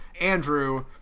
Andrew